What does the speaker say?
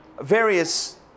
various